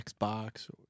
Xbox